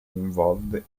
involved